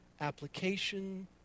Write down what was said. application